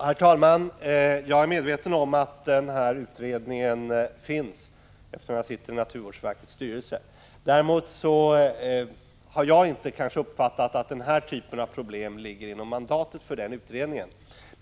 Herr talman! Jag är medveten om att den utredningen finns, eftersom jag sitter i naturvårdsverkets styrelse. Däremot har jag kanske inte uppfattat att den här typen av problem ligger inom mandatet för utredningen.